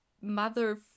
mother